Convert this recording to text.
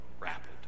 rapid